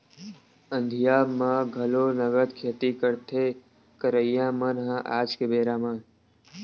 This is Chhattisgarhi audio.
अंधिया म घलो नंगत खेती करथे करइया मन ह आज के बेरा म